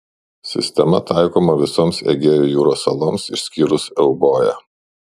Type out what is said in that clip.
sistema taikoma visoms egėjo jūros saloms išskyrus euboją